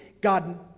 God